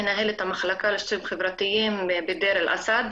מנהלת המחלקה לשירותים חברתיים בדיר אל-אסאד.